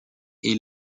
est